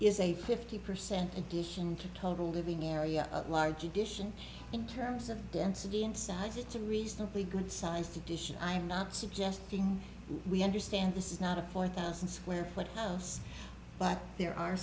a fifty percent addition to total living area a large addition in terms of density and size it's a reasonably good sized edition i'm not suggesting we understand this is not a four thousand square foot house but there are